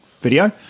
video